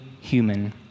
human